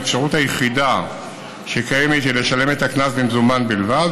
האפשרות היחידה שקיימת היא לשלם את הקנס במזומן בלבד,